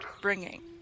bringing